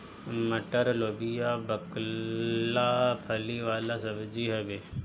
मटर, लोबिया, बकला फली वाला सब्जी हवे